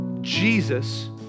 Jesus